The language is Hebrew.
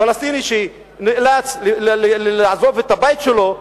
פלסטיני שנאלץ לעזוב את הבית שלו,